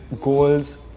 goals